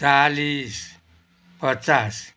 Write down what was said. चालिस पचास